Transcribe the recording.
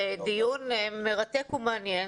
זה דיון מרתק ומעניין,